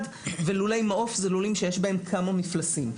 ולולי מעוף הם לולים שיש בהם כמה מפלסים.